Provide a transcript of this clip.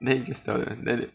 then you just tell them then they